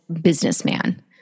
businessman